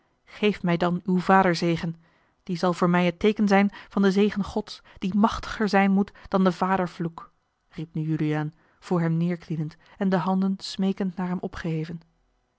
geef mij dan uw vaderzegen die zal voor mij het teeken zijn van den zegen gods die machtiger zijn moet dan de vadervloek riep nu juliaan voor hem neêrknielend en de handen smeekend naar hem opgeheven